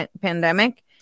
pandemic